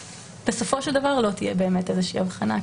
בסופו של דבר לא תהיה באמת איזושהי הבחנה,